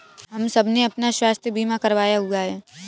हम सबने अपना स्वास्थ्य बीमा करवाया हुआ है